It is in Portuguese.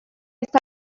está